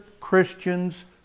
Christians